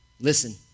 Listen